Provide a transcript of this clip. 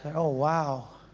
and oh wow!